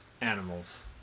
animals